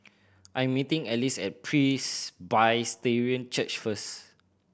I'm meeting Alyce at Presbyterian Church first